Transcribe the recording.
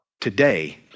today